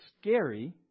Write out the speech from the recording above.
scary